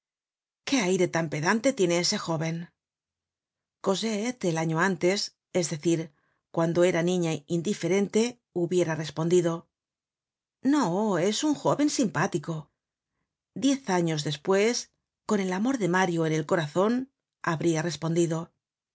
qué aire tan pedante tiene ese jóven cosette el año antes es decir cuando era niña indiferente hubiera respondido no es un jóven simpático diez años despues con el amor de mario en el corazon habria respondido